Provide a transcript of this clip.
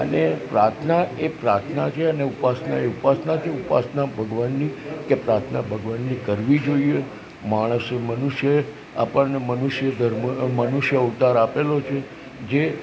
અને પ્રાર્થના એ પ્રાર્થના છે અને ઉપાસના એ ઉપાસના છે ઉપાસના ભગવાનની કે પ્રાર્થના ભગવાનની કરવી જોઈએ માણસે મનુષ્યને આપણને મનુષ્ય ધર્મનો મનુષ્ય અવતાર આપેલો છે જે